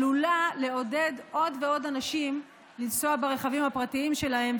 עלולה לעודד עוד ועוד אנשים לנסוע ברכבים הפרטיים שלהם,